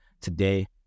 Today